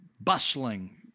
bustling